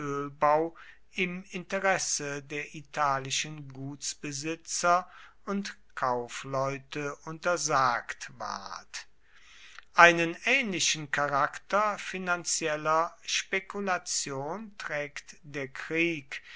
ölbau im interesse der italischen gutsbesitzer und kaufleute untersagt ward einen ähnlichen charakter finanzieller spekulation trägt der krieg